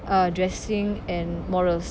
uh dressing and morals